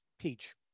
peach